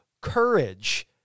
courage